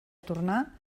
tornar